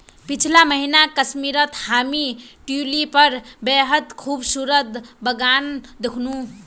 पीछला महीना कश्मीरत हामी ट्यूलिपेर बेहद खूबसूरत बगान दखनू